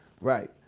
Right